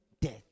death